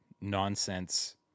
nonsense